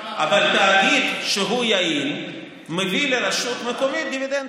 אבל תאגיד שהוא יעיל מביא לרשות המקומית דיבידנדים,